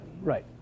right